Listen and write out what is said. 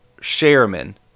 Sherman